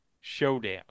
Showdown